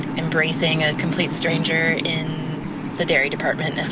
embracing a complete stranger in the dairy department